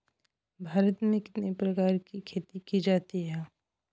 भारत में कितने प्रकार की खेती की जाती हैं?